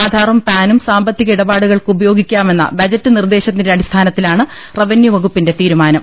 ആധാറും പാനും സാമ്പ ത്തിക ഇടപാടുകൾക്ക് ഉപയോഗിക്കാമെന്ന ബജറ്റ് നിർദ്ദേശത്തിന്റെ അടി സ്ഥാനത്തിലാണ് റവന്യൂ വകുപ്പിന്റെ തീരുമാനം